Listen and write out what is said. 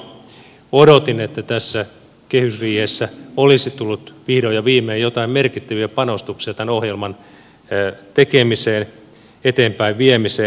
odotin että tässä kehysriihessä olisi tullut vihdoin ja viimein jotain merkittäviä panostuksia tämän ohjelman tekemiseen eteenpäinviemiseen